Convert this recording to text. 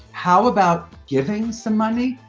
how about giving some money,